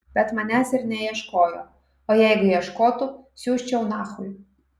bet manęs ir neieškojo o jeigu ieškotų siųsčiau nachui